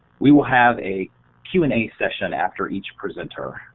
we will have a q and a session after each presenter.